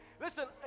Listen